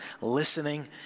listening